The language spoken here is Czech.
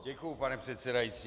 Děkuju, pane předsedající.